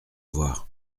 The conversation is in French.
voir